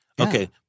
Okay